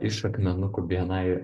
iš akmenukų bni